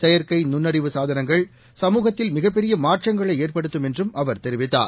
செயற்கை நுண்ணறிவு சாதனங்கள் சமூகத்தில் மிகப் பெரிய மாற்றங்களை ஏற்படுத்தும் என்றும் அவர் தெரிவித்தார்